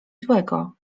złego